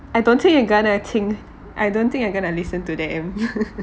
I don't think I gonna think I don't think I gonna listen to them